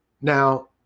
Now